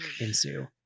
ensue